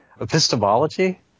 Epistemology